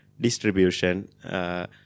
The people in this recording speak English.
distribution